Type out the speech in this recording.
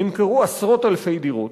נמכרו עשרות אלפי דירות,